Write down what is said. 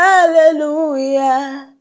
Hallelujah